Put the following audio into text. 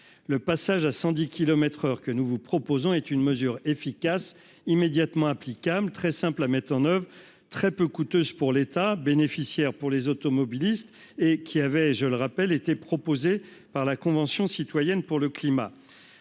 Le passage à 110 kilomètres par heure que nous vous proposons est une mesure efficace, immédiatement applicable, très simple à mettre en oeuvre, très peu coûteuse pour l'État, profitable aux automobilistes. Elle avait, de surcroît, je le rappelle, était proposée par la Convention citoyenne pour le climat.